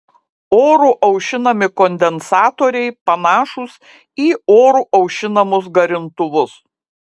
oru aušinami kondensatoriai panašūs į oru aušinamus garintuvus